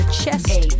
chest